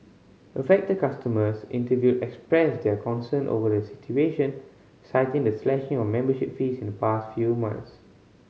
affected customers interviewed expressed their concern over the situation citing the slashing of membership fees in the past few months